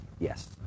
Yes